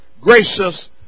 gracious